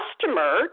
customer